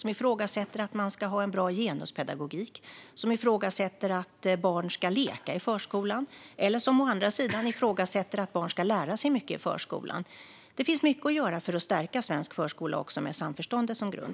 De ifrågasätter att man ska ha en bra genuspedagogik, att barn ska leka i förskolan, eller å andra sidan att barn ska lära sig mycket i förskolan. Det finns mycket att göra för att stärka svensk förskola med samförståndet som grund.